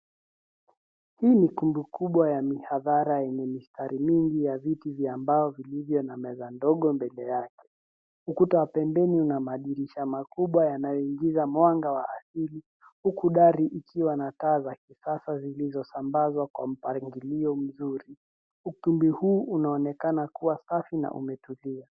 Hii ni ukumbi kubwa ya mihadhara yenye mistari mingi ya viti vya mbao vilivyo na meza ndogo mbele yake. Ukuta wa pembeni una madirisha makubwa yanayoingiza mwanga wa asili, huku dari ikiwa na taa za kisasa zilizosambazwa kwa mpangilio mzuri. Ukumbi huu unaonekana kua safi na umetulia.